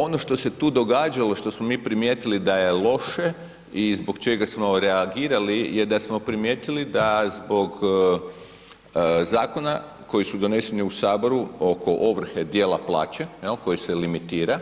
Ono što se tu događalo, što smo mi primijetili da je loše i zbog čega smo reagirali je da smo primijetili da zbog zakona koji su doneseni u saboru oko ovrhe dijela plaće jel, koji se limitira